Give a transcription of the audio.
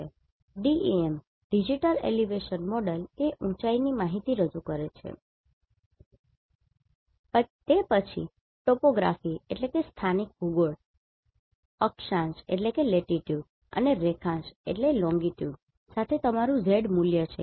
DEM digital elevation model ઊંચાઈની માહિતી રજૂ કરે છે તે પછી તે Topography સ્થાનિક ભૂગોળ અક્ષાંશ અને રેખાંશ સાથે તમારું Z મૂલ્ય છે